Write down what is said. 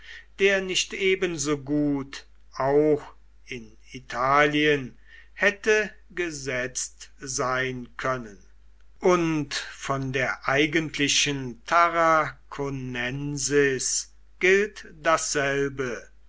der nicht ebensogut auch in italien hätte gesetzt sein können und von der eigentlichen tarraconensis gilt dasselbe